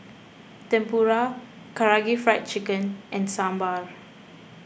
Tempura Karaage Fried Chicken and Sambar